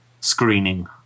screening